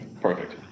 Perfect